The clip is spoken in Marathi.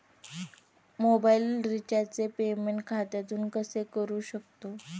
मोबाइल रिचार्जचे पेमेंट खात्यातून कसे करू शकतो?